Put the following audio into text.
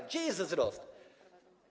Gdzie jest wzrost?